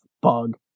Bug